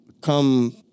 come